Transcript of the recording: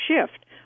shift